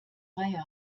reihe